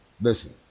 listen